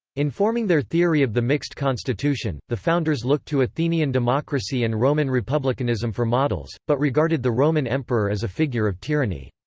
in forming their theory of the mixed constitution, the founders looked to athenian democracy and roman republicanism for models, but regarded regarded the roman emperor as a figure of tyranny.